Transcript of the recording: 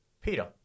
Peter